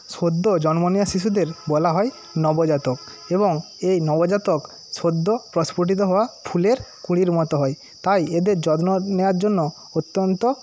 সদ্য জন্ম নেওয়া শিশুদের বলা হয় নবজাতক এবং এই নবজাতক সদ্য প্রস্ফুটিত হওয়া ফুলের কুঁড়ির মতো হয় তাই এদের যত্ন নেওয়ার জন্য অত্যন্ত